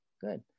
Good